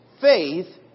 faith